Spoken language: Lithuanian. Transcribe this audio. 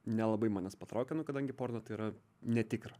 nelabai mane jis patraukė nu kadangi porno tai yra netikra